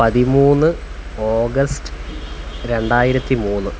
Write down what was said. പതിമൂന്ന് ഓഗസ്റ്റ് രണ്ടായിരത്തി മൂന്ന്